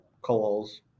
calls